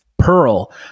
pearl